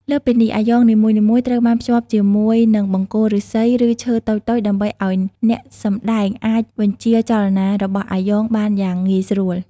លើសពីនេះ អាយ៉ងនីមួយៗត្រូវបានភ្ជាប់ជាមួយនឹងបង្គោលឫស្សីឬឈើតូចៗដើម្បីឱ្យអ្នកសម្តែងអាចបញ្ជាចលនារបស់អាយ៉ងបានយ៉ាងងាយស្រួល។